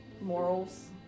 morals